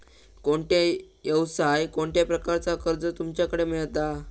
कोणत्या यवसाय कोणत्या प्रकारचा कर्ज तुमच्याकडे मेलता?